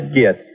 get